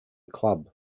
club